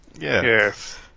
yes